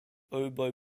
oboe